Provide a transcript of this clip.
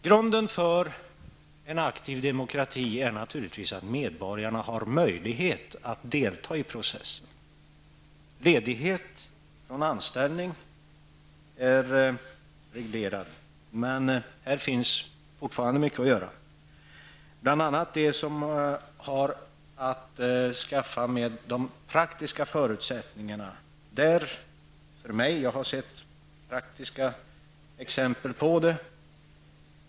Grunden för en aktiv demokrati är naturligtvis att medborgarna har möjlighet att delta i processen. Rätten till ledighet från anställning är reglerad, men här finns fortfarande mycket att göra, bl.a. när det gäller de praktiska förutsättningarna. Jag har sett exempel på detta.